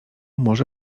może